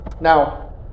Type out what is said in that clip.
Now